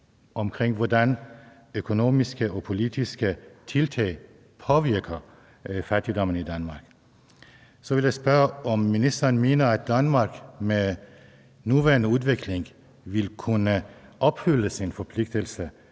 hvordan økonomiske og politiske tiltag påvirker fattigdommen i Danmark. Så vil jeg spørge, om ministeren mener, at Danmark med den nuværende udvikling vil kunne opfylde sit mål